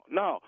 no